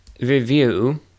review